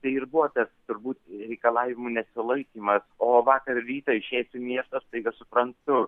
tai ir buvo tas turbūt reikalavimų nesilaikymas o vakar rytą išėjęs į miestą staiga suprantu